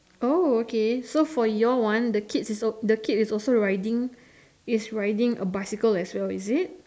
oh okay so for your one the kid is the kid is also riding is riding a bicycle as well is it